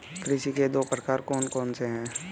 कृषि के दो प्रकार कौन से हैं?